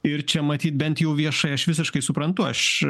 ir čia matyt bent jau viešai aš visiškai suprantu aš